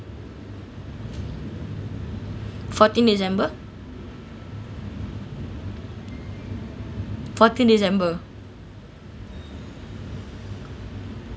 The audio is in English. fourteen december fourteen december